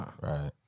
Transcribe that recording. Right